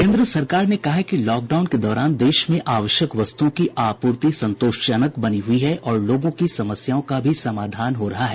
केन्द्र सरकार ने कहा है कि लॉकडाउन के दौरान देश मे आवश्यक वस्तुओं की आपूर्ति संतोषजनक बनी हुई है और लोगों की समस्याओं का भी समाधान हो रहा है